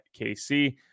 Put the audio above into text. KC